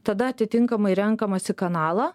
tada atitinkamai renkamasi kanalą